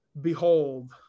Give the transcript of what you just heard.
behold